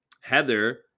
heather